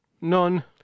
None